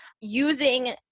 using